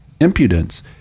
impudence